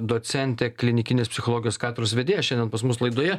docentė klinikinės psichologijos katedros vedėja šiandien pas mus laidoje